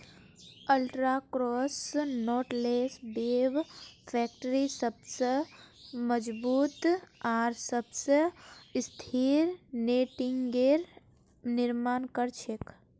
ultra cross knotless web factory सबस मजबूत आर सबस स्थिर नेटिंगेर निर्माण कर छेक